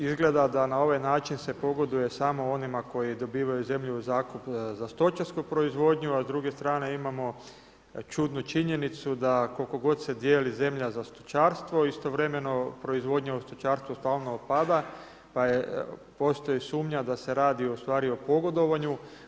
Izgleda da na ovaj način se pogoduje samo onima, koji dobivaju u zakup, za stočarsku proizvodnju, a s druge strane imamo čudnu činjenicu, da, koliko god se dijeli zemlja za stočarstvo, istovremeno, proizvodnja u stočarstvu stalno otpada, pa postoji sumnja da se radi u stvari o pogodovanju.